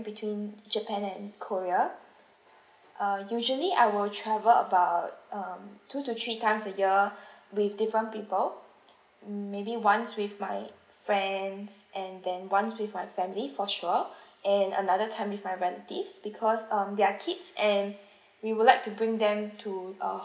between japan and korea uh usually I will travel about um two to three times a year with different people mm maybe once with my friends and then once with my family for sure and another time with my relatives because um there are kids and we would like to bring them to uh